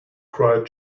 cried